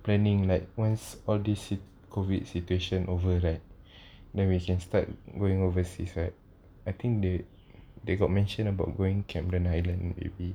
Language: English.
planning like once all this COVID situation over right then we can start going overseas right I think they they got mention about going cameron highlands maybe